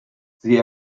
sie